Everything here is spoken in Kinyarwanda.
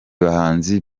bahanzi